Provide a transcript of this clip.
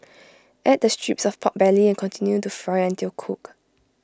add the strips of Pork Belly and continue to fry until cooked